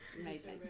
Amazing